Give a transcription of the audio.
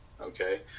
Okay